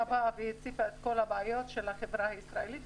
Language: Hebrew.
הציפה את כל הבעיות של החברה הישראלית,